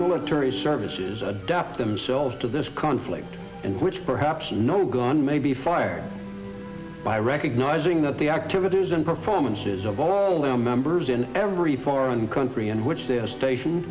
military services adapt themselves to this conflict in which perhaps no gun may be fired by recognizing that the activities and performances of all of the members in every foreign country in which they are station